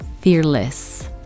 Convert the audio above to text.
fearless